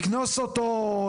לקנוס אותו,